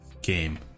game